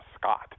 Scott